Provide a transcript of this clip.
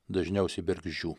dažniausiai bergždžių